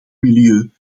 milieu